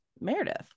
Meredith